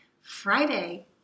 Friday